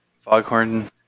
foghorn